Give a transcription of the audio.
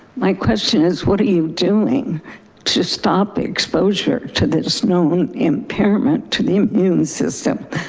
my question is what are you doing to stop exposure to this known impairment to the immune system.